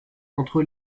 entre